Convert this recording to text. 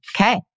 Okay